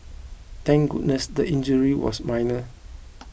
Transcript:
thank goodness the injury was minor